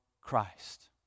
Christ